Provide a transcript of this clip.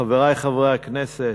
חברי חברי הכנסת,